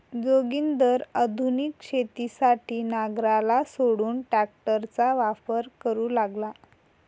जोगिंदर आधुनिक शेतीसाठी नांगराला सोडून ट्रॅक्टरचा वापर करू लागला